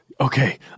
Okay